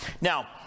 Now